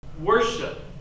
worship